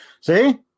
See